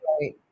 Right